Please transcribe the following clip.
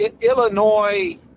Illinois